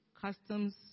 customs